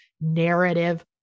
narrative